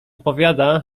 powiada